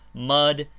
mud,